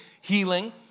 healing